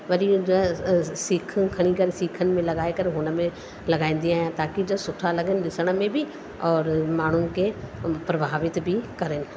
वरी जो आहे सीख खणी करे सीखनि में लॻाए करे हुन में लॻाईंदी आहियां ताकि जो सुठा लॻनि ॾिसण में बि और माण्हुनि खे प्रभावित बि करेनि